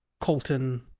Colton